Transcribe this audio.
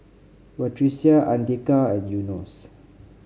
Batrisya Andika and Yunos